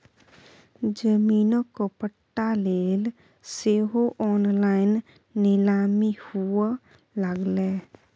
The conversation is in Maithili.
जमीनक पट्टा लेल सेहो ऑनलाइन नीलामी हुअए लागलै